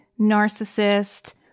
narcissist